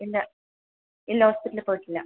ഇല്ല ഇല്ല ഹോസ്പിറ്റലില് പോയിട്ടില്ല